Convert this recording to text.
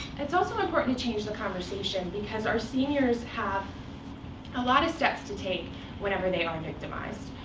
it's also important to change the conversation because our seniors have a lot of steps to take whenever they are.